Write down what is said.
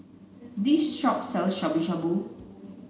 this shop sells Shabu Shabu